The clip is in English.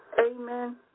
Amen